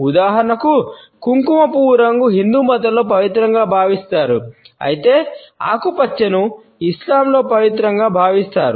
ఉదాహరణకు కుంకుమ పువ్వు రంగును హిందూ మతంలో పవిత్రంగా భావిస్తారు అయితే ఆకుపచ్చను ఇస్లాంలో పవిత్రంగా భావిస్తారు